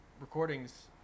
recordings